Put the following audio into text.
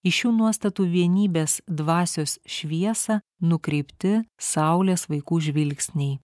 į šių nuostatų vienybės dvasios šviesą nukreipti saulės vaikų žvilgsniai